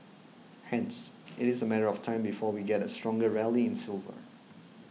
hence it is a matter of time before we get a stronger rally in silver